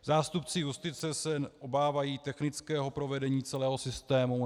Zástupci justice se obávají technického provedení celého systému.